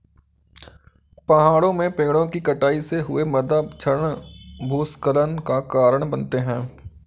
पहाड़ों में पेड़ों कि कटाई से हुए मृदा क्षरण भूस्खलन का कारण बनते हैं